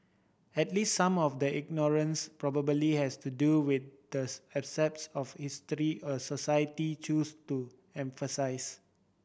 at least some of the ignorance probably has to do with the of history a society choose to emphasise